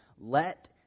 Let